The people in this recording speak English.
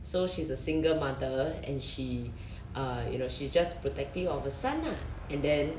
so she's a single mother and she uh you know she's just protective of a son lah and then